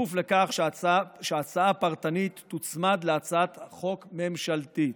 בכפוף לכך שההצעה הפרטנית תוצמד להצעת החוק הממשלתית.